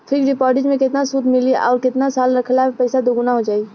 Fix deposit मे केतना सूद मिली आउर केतना साल रखला मे पैसा दोगुना हो जायी?